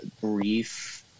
brief